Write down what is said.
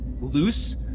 loose